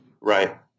right